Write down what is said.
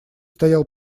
стоял